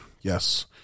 yes